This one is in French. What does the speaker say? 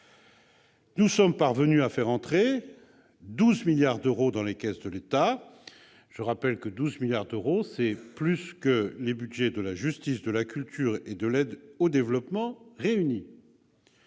Nous sommes parvenus à faire rentrer 12 milliards d'euros dans les caisses de l'État : c'est plus que les budgets de la justice, de la culture et de l'aide au développement réunis